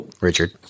Richard